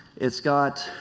it's got